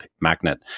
magnet